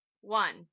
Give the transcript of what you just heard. one